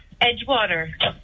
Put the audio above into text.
Edgewater